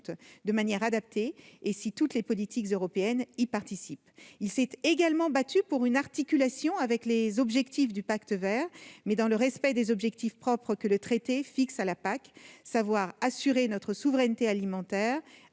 de manière adaptée et que toutes les politiques européennes y contribuent. Il s'est aussi battu pour une articulation avec les objectifs du Pacte vert, mais dans le respect des objectifs propres que le traité fixe à la PAC : assurer notre souveraineté alimentaire